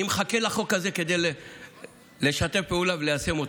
אני מחכה לחוק הזה כדי לשתף פעולה וליישם אותו.